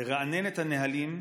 לרענן את הנהלים,